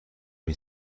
این